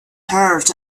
heard